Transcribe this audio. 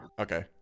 Okay